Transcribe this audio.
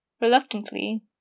Reluctantly